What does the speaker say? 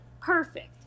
perfect